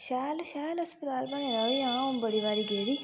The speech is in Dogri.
शैल शैल अस्पताल बने दा ते हां अ'ऊं बड़े बारी गेदी